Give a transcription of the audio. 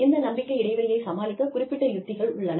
இந்த நம்பிக்கை இடைவெளியைச் சமாளிக்கக் குறிப்பிட்ட யுக்திகள் உள்ளன